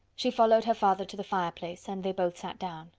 she followed her father to the fire place, and they both sat down.